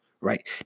right